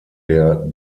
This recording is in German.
der